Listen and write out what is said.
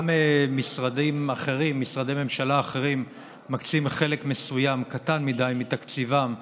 גם משרדי ממשלה אחרים מקצים חלק מסוים מתקציבם,